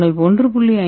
நாங்கள் 1